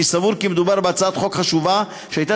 אני סבור כי מדובר בהצעת חוק חשובה שהייתה